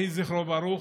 יהיה זכרו ברוך.